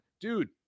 dude